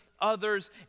others